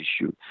issue